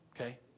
Okay